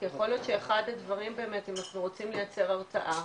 כי יכול להיות שאחד הדברים באמת אם אנחנו רוצים לייצר הרתעה,